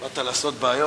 ישראלית, מה לעשות.